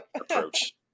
approach